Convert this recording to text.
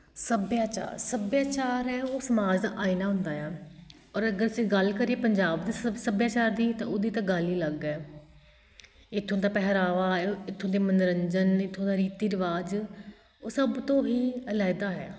ਸੱਭਿਆਚਾਰ ਸੱਭਿਆਚਾਰ ਹੈ ਉਹ ਸਮਾਜ ਦਾ ਆਇਨਾ ਹੁੰਦਾ ਏ ਆਂ ਔਰ ਅਗਰ ਅਸੀਂ ਗੱਲ ਕਰੀਏ ਪੰਜਾਬ ਦੇ ਸਭ ਸੱਭਿਆਚਾਰ ਦੀ ਤਾਂ ਉਹਦੀ ਤਾਂ ਗੱਲ ਹੀ ਅਲੱਗ ਹੈ ਇਥੋਂ ਦਾ ਪਹਿਰਾਵਾ ਇੱਥੋਂ ਦੇ ਮੰਨੋਰੰਜਨ ਇੱਥੋਂ ਦਾ ਰੀਤੀ ਰਿਵਾਜ ਉਹ ਸਭ ਤੋਂ ਹੀ ਅਲਹਿਦਾ ਹੈ